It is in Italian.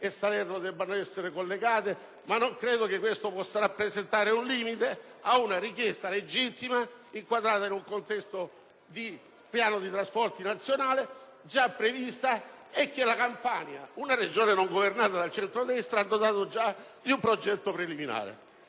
e Salerno non debbano essere collegate. Al tempo stesso, ciò non può neanche rappresentare un limite ad una richiesta legittima, inquadrata in un contesto di piano di trasporti nazionale, già prevista, e che la Campania (una Regione non governata dal centrodestra), ha già dotato di un progetto preliminare.